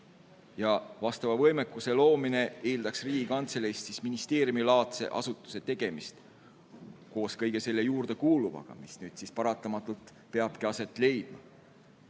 ja vastava võimekuse loomine eeldaks Riigikantseleist ministeeriumilaadse asutuse tegemist koos kõige selle juurde kuuluvaga, mis nüüd paratamatult peabki aset leidma.